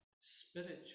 spiritual